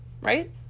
right